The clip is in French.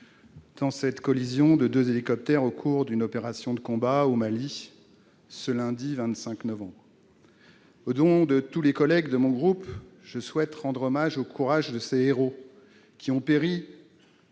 dans la collision de deux hélicoptères au cours d'une opération de combat au Mali. Au nom de tous les collègues de mon groupe, je souhaite rendre hommage au courage de ces héros, qui ont péri